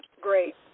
great